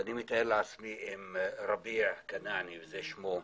ואני מתאר לעצמי אם רביע כנאענה, זה שמו,